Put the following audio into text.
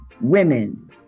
women